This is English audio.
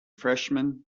freshman